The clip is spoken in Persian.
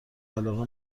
علاقه